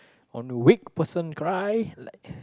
only weak person cry like